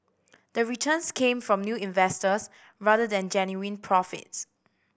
the returns came from new investors rather than genuine profits